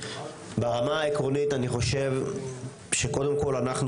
ברמה העקרונית אני חושב שקודם כל אנחנו